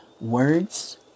words